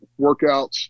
workouts